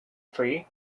free